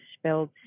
spelled